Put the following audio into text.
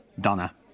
Donna